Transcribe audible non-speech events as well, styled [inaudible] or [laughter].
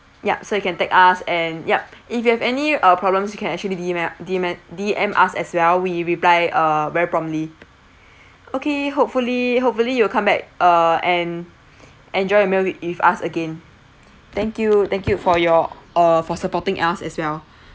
yup so you can tag us and yup if you have any uh problems you can actually D mai~ D man~ D_M us as well we reply uh very promptly [breath] okay hopefully hopefully you'll come back uh and enjoy your meal wi~ with us again thank you thank you for your uh for supporting us as well [breath]